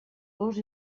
gos